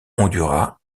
honduras